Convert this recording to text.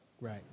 Right